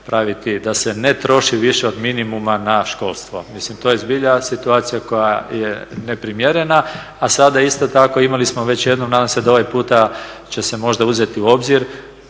da se ne troši više od minimuma na školstvo. Mislim to je zbilja situacija koja je neprimjerena. A sada isto tako imali smo već jednom, nadam se da ovaj puta će se možda uzeti u obzir,